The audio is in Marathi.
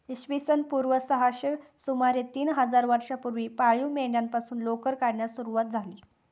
इसवी सन पूर्व सहाशे सुमारे तीन हजार वर्षांपूर्वी पाळीव मेंढ्यांपासून लोकर काढण्यास सुरवात झाली